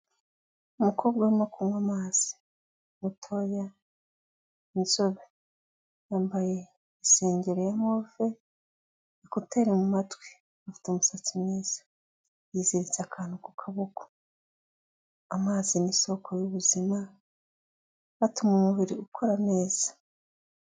Umukobwa urimo kunywa amazi mutoya w'inzobe yambaye isengeri ya move, ekuteri mu matwi afite umusatsi mwiza yiziritse akantu ku kaboko, amazi ni isoko y'ubuzima atuma umubiri ukora neza.